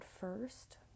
first